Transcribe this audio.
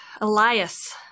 Elias